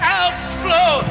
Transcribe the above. outflow